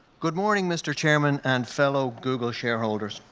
good morning, mr. chairman and fellow google shareholders.